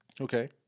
Okay